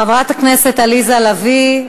חברת הכנסת עליזה לביא,